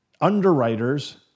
underwriters